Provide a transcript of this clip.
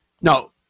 No